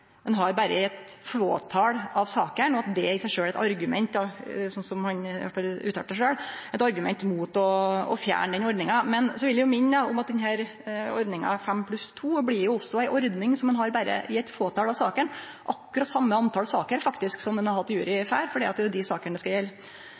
ein har berre i eit fåtal av sakene, og at det i seg sjølv er eit argument, slik han uttalte det sjølv, mot å fjerne ordninga. Eg vil minne om at denne ordninga, fem pluss to, også blir ei ordning som ein har berre i eit fåtal av sakene, akkurat det same talet saker som ein har hatt jury i